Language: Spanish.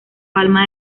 palma